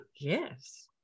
Yes